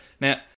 Now